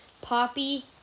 Poppy